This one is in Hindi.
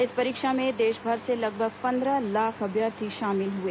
इस परीक्षा में देशभर से लगभग पंद्रह लाख अभ्यर्थी शामिल हुए